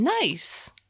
Nice